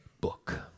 book